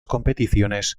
competiciones